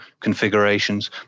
configurations